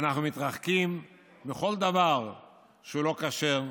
ואנחנו מתרחקים מכל דבר שהוא לא כשר,